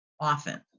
often